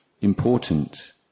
important